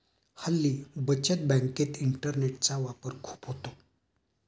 हल्ली बचत बँकेत इंटरनेटचा वापर खूप होतो